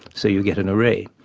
so you get an array.